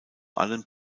allen